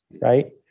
right